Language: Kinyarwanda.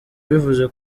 bivuze